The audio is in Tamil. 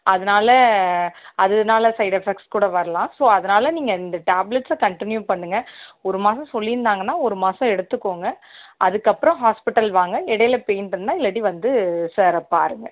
அதனால அதனால சைடெஃபக்ட்ஸ் கூட வரலாம் ஸோ அதனால நீங்கள் இந்த டேப்லெட்ஸ கன்ட்டினியூ பண்ணுங்க ஒரு மாதம் சொல்லிருந்தாங்கன்னா ஒரு மாதம் எடுத்துக்கோங்க அதுக்கப்புறம் ஹாஸ்ப்பிட்டல் வாங்க இடையில பெய்ன் இருந்தால் இல்லாட்டி வந்து சார்ர பாருங்க